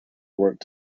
worked